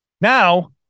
Now